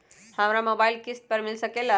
हमरा मोबाइल किस्त पर मिल सकेला?